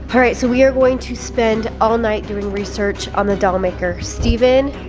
ah alright so we are going to spend all night doing research on the doll maker. stephen,